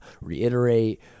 reiterate